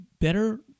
better